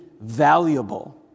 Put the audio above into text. valuable